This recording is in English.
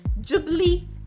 Jubilee